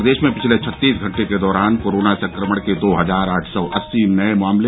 प्रदेश में पिछले छत्तीस घंटे के दौरान कोरोना संक्रमण के दो हजार आठ सौ अस्सी नये मामले